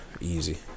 Easy